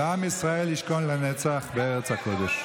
ועם ישראל ישכון לנצח בארץ הקודש.